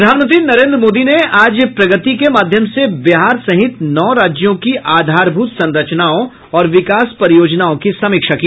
प्रधानमंत्री नरेन्द्र मोदी ने आज प्रगति के माध्यम से बिहार सहित नौ राज्यों की आधारभूत संरचनाओं और विकास परियोजनाओं की समीक्षा की